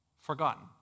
forgotten